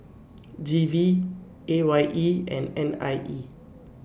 G V A Y E and N I E